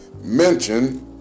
Mention